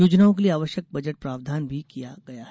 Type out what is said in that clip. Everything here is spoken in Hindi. योजनाओं के लिए आवश्यक बजट प्रावधान भी किया गया है